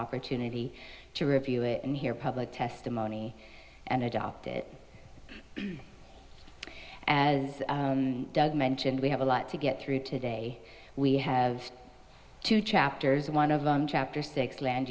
opportunity to review it and hear public testimony and adopt it as doug mentioned we have a lot to get through today we have two chapters one of them chapter six land